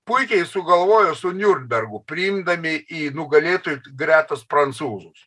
puikiai sugalvojo su niurnbergu priimdami į nugalėtojų gretas prancūzus